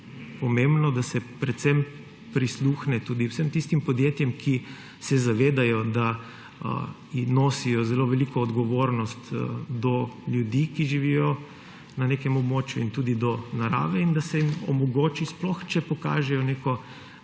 pomembno, da se predvsem prisluhne tudi vsem tistim podjetjem, da se zavedajo, da nosijo zelo veliko odgovornost do ljudi, ki živijo na nekem območju, in tudi do narave in da se jim omogoči sploh, če pokažejo neko